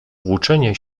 włóczenie